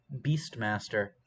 Beastmaster